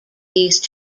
these